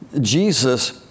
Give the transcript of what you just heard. Jesus